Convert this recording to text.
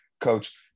coach